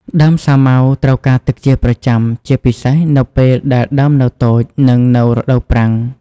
ដើមសាវម៉ាវត្រូវការទឹកជាប្រចាំ ជាពិសេសនៅពេលដែលដើមនៅតូច និងនៅរដូវប្រាំង។